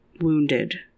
wounded